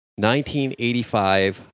1985